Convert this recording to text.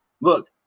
look